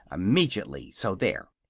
immejitly. so, there!